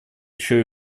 еще